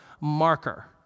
marker